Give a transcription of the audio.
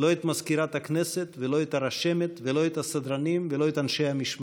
לא את מזכירת הכנסת ולא את הרשמת ולא את הסדרנים ולא את אנשי המשמר.